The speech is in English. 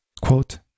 Quote